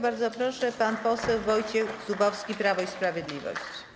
Bardzo proszę, pan poseł Wojciech Zubowski, Prawo i Sprawiedliwość.